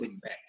back